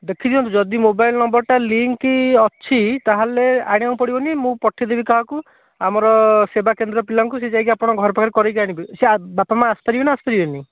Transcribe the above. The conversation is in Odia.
ଦେଖିଦିଅନ୍ତୁ ଯଦି ମୋବାଇଲ୍ ନମ୍ବରଟା ଲିଙ୍କ୍ ଅଛି ତା'ହେଲେ ଆଣିବାକୁ ପଡ଼ିବନି ମୁଁ ପଠାଇଦେବି କାହାକୁ ଆମର ସେବାକେନ୍ଦ୍ର ପିଲାଙ୍କୁ ସିଏ ଯାଇକି ଆପଣ ଘର ପାଖରେ କରାଇକି ଆଣିବେ ସିଏ ବାପା ମାଆ ଆସିପାରିବେ ନା ଆସିପାରିବେନି